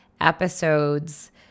episodes